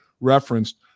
referenced